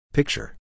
Picture